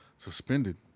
suspended